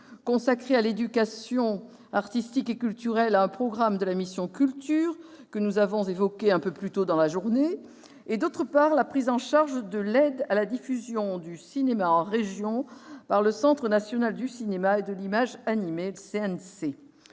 consacrés à l'éducation artistique et culturelle à un programme de la mission « Culture », que nous avons évoqué un peu plus tôt dans la journée, d'autre part, la prise en charge de l'aide à la diffusion du cinéma en région par le Centre national du cinéma et de l'image animée, le CNC.